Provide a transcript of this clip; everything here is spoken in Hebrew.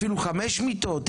אפילו חמש מיטות,